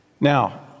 Now